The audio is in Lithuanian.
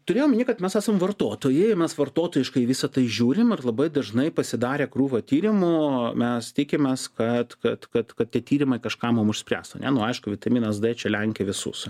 turiu omeny kad mes esam vartotojai mes vartotojiškai į visa tai žiūrim ir labai dažnai pasidarę krūvą tyrimų mes tikimės kad kad kad kad tie tyrimai kažką mum išspręs ne nu aišku vitaminas d čia lenkia visus